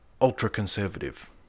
ultra-conservative